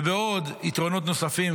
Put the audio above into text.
ובעוד יתרונות נוספים,